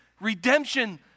redemption